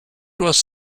was